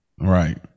Right